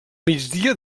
migdia